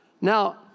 Now